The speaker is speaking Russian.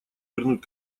вернуть